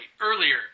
earlier